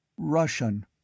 Russian